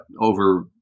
over